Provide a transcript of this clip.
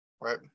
right